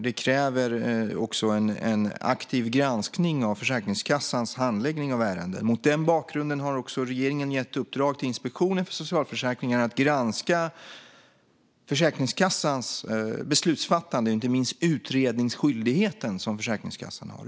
Det kräver också en aktiv granskning av Försäkringskassans handläggning av ärenden. Mot den bakgrunden har regeringen gett i uppdrag till Inspektionen för socialförsäkringen att granska Försäkringskassans beslutsfattande och inte minst utredningsskyldigheten som Försäkringskassan har.